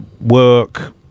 Work